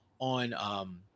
on